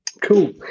Cool